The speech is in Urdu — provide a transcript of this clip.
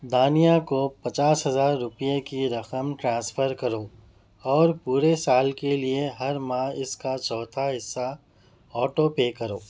دانیہ کو پچاس ہزار روپئے کی رقم ٹرانسفر کرو اور پورے سال کے لیے ہر ماہ اس کا چوتھا حصہ آٹو پے کرو